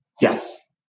Yes